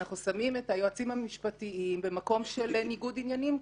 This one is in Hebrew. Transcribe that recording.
אנחנו שמים את היועצים המשפטיים במקום של ניגוד עניינים: